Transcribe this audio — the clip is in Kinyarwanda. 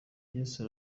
yesu